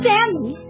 Sammy